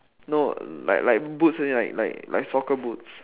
no like like boots only like like like soccer boots